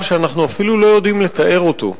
שאנחנו אפילו לא יודעים לתאר אותו.